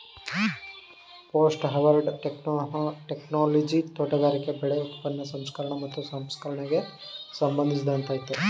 post harvest technology ತೋಟಗಾರಿಕೆ ಬೆಳೆ ಉತ್ಪನ್ನದ ಸಂಸ್ಕರಣೆ ಮತ್ತು ಸಂರಕ್ಷಣೆಗೆ ಸಂಬಂಧಿಸಯ್ತೆ